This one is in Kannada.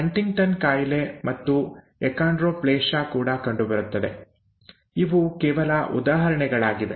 ಹಂಟಿಂಗ್ಟನ್ ಕಾಯಿಲೆ ಮತ್ತು ಏಕಾಂಡ್ರೋಪ್ಲೇಶ ಕೂಡ ಕಂಡುಬರುತ್ತವೆ ಇವು ಕೇವಲ ಉದಾಹರಣೆಗಳಾಗಿವೆ